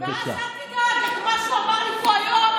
ואז אני אגיש עליו תלונה על מה שהוא אמר לי פה היום.